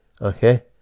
Okay